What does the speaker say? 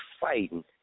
fighting